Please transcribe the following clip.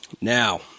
Now